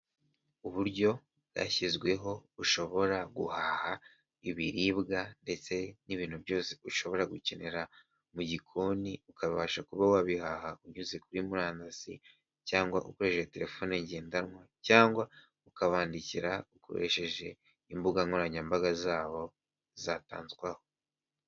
Uburyo bwashyizweho bushobora guhaha ibiribwa ndetse n'ibintu byose ushobora gukenera mu gikoni ukabasha kuba wabihaha unyuze kuri murandasi ,cyangwa ukoresheje telefone ngendanwa . Cyangwa ukabandikira ukoresheje imbuga nkoranyambaga zabo zatanzwe aho.